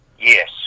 Yes